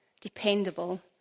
dependable